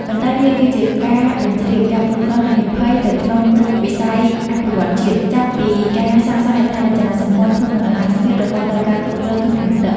ប៉ុន្តែវាគឺជាការបញ្ជ្រាបការគ្រប់គ្រងហានិភ័យទៅក្នុងគ្រប់វិស័យអភិវឌ្ឍន៍ជាតិ ចាប់ពីការសាងសង់ហេដ្ឋារចនាសម្ព័ន្ធធន់នឹងអាកាសធាតុ រហូតដល់ការគ្រប់គ្រងធនធានទឹក។